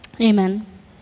Amen